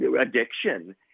addiction